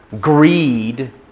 greed